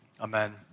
amen